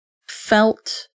felt